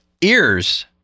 ears